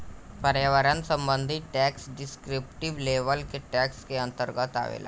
पर्यावरण संबंधी tax descriptive level के टैक्स के अंतर्गत आवेला